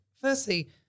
firstly